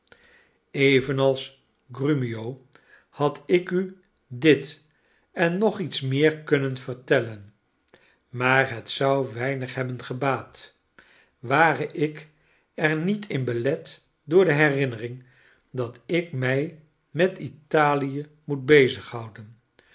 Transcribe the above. evenals grumio had ik u dit en nogiets meer kunnen vertellen maar het zou weinig hebben gebaat ware ik er niet in belet door de herinnering dat ik mij met italiemoet bezighouden